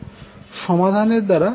সমাধানের দ্বারা আমরা এই Zth এর মান পাবো